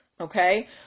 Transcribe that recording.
okay